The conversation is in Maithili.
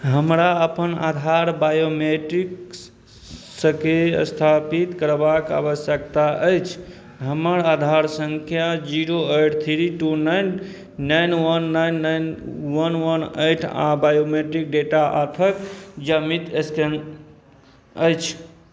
हमरा अपन आधार बायोमेट्रिक्स के स्थापित करबाक आबश्यकता अछि हमर आधार संख्या zero eight three two nine nine one nine nine one one eight आ बायोमेट्रिक डेटा हाथक ज्यामिति स्कैन अछि